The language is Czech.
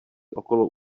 okolo